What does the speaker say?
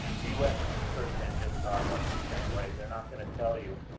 the u s. search engines are much the same way. theyire not going to tell you